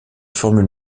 formules